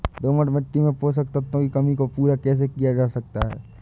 दोमट मिट्टी में पोषक तत्वों की कमी को पूरा कैसे किया जा सकता है?